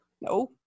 no